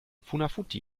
funafuti